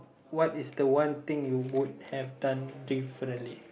what is the one thing you would have done differently